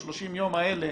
ב-30 הימים האלה